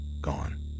gone